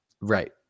Right